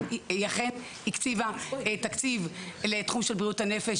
היא אכן הקציבה תקציב לתחום של בריאות הנפש,